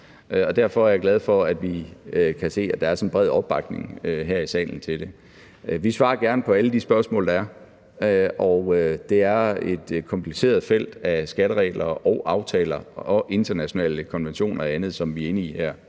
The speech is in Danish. Derfor er jeg glad for, at vi kan se, at der er sådan en bred opbakning her i salen til det. Vi svarer gerne på alle de spørgsmål, der er, og det er et kompliceret felt af skatteregler og aftaler og internationale konventioner og andet, som vi er inde i her.